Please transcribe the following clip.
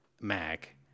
Mac